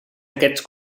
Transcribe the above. aquests